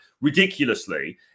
ridiculously